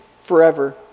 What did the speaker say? forever